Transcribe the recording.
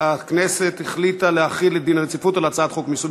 הכנסת החליטה להחליט דין רציפות על הצעת חוק מיסוי